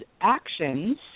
actions